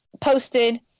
posted